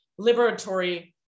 liberatory